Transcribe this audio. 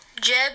Jeb